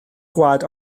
gwaed